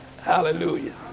Hallelujah